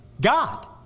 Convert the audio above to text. God